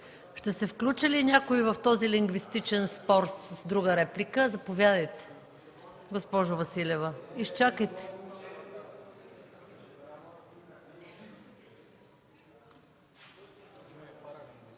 Ще се включи ли някой в този лингвистичен спор с друга реплика? Заповядайте, госпожо Василева. ИВЕЛИНА